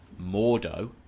Mordo